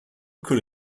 could